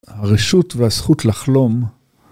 הרשות והזכות לחלום.